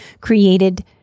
created